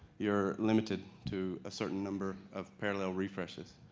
you're limited to a certain number of parallel refreshes.